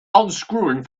unscrewing